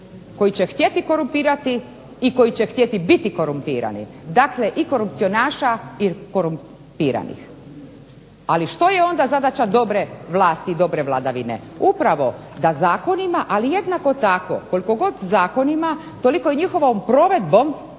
koji će htjeti korumpirati i koji će htjeti biti korumpirani, dakle i korumpcionaša i korumpiranih. Ali što je onda zadaća dobre vlasti i dobre vladavine? Upravo da zakonima ali jednako tako koliko god zakonima toliko i njihovom provedbom